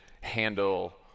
handle